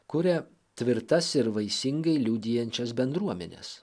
kuria tvirtas ir vaisingai liudijančias bendruomenes